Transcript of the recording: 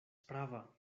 prava